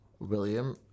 William